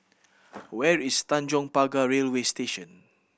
where is Tanjong Pagar Railway Station